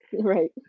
right